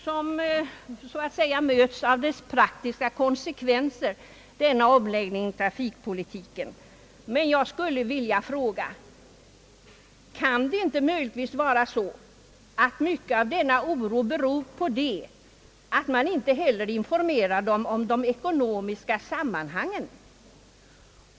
Det är naturligt att de människor som berörs av de konsekvenser som denna omläggning av trafikpolitiken i praktiken för med sig kan vara missnöjda. Men jag skulle vilja fråga: Kan det inte möjligen till stor del bero på att de inte har blivit informerade om de ekonomiska sammanhangen?